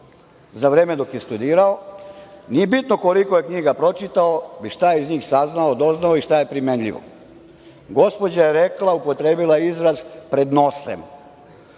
za vreme dok je studirao. Nije bitno koliko je knjiga pročitao, već šta je iz njih saznao, doznao i šta je primenjivo. Gospođa je upotrebila izraz – pred nosem.